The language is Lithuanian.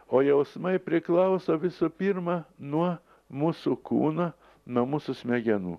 o jausmai priklauso visų pirma nuo mūsų kūno nuo mūsų smegenų